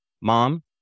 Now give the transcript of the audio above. mom